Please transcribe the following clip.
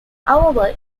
however